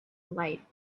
light